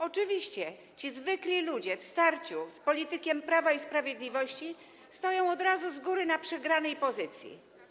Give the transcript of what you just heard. Oczywiście ci zwykli ludzie w starciu z politykiem Prawa i Sprawiedliwości stoją z góry na przegranej pozycji.